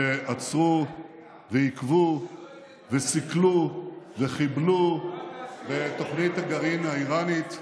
שעצרו ועיכבו וסיכלו וחיבלו בתוכנית הגרעין האיראנית,